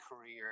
career